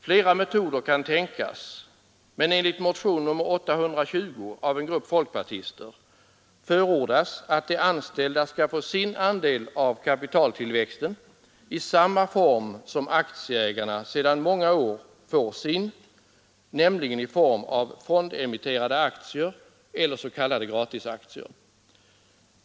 Flera metoder kan tänkas, men enligt motionen 820 av en grupp folkpartister förordas att de anställda skall få sin andel av kapitaltillväxten i samma form som aktieägarna sedan många år får sin, nämligen i form av fondemitterade aktier eller s.k. gratisaktier.